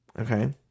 okay